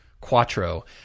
Quattro